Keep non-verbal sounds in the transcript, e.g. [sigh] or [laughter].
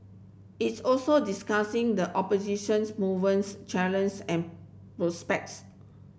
it also discussing the oppositions movements [unintelligible] and prospects